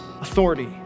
authority